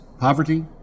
poverty